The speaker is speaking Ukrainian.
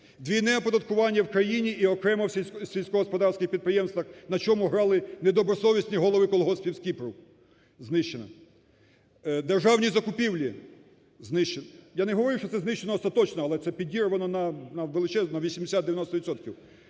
Двійне оподаткування в країні і окремо в сільськогосподарських підприємствах, на чому грали недобросовісні голови колгоспів з Кіпру. Знищено. Державні закупівлі – знищено. Я не говорю, що це знищено остаточно, але це підірвано величезно,